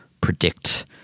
predict